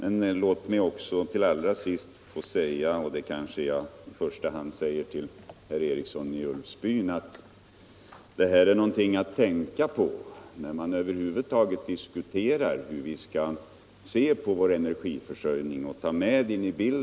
Låt mig allra sist få säga — jag riktar mig då särskilt till till herr Eriksson i Ulfsbyn — att hela detta problem om försurningen är någonting att ta med i bilden, när man diskuterar vår energiförsörjning.